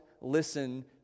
listen